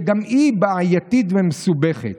שגם היא בעייתית ומסובכת.